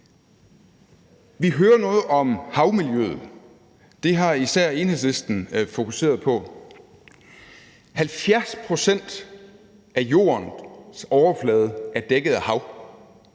Vi hører noget om havmiljøet. Det har især Enhedslisten fokuseret på. 70 pct. af jordens overflade er dækket af hav.